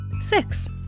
Six